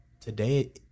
today